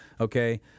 Okay